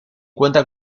cuenta